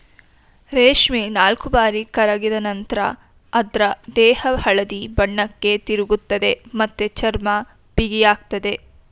ರೇಷ್ಮೆ ನಾಲ್ಕುಬಾರಿ ಕರಗಿದ ನಂತ್ರ ಅದ್ರ ದೇಹ ಹಳದಿ ಬಣ್ಣಕ್ಕೆ ತಿರುಗ್ತದೆ ಮತ್ತೆ ಚರ್ಮ ಬಿಗಿಯಾಗ್ತದೆ